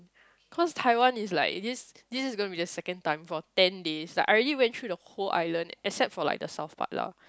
cause Taiwan is like this this is gonna be the second time for ten days like I already went through the whole island except for like the South part lah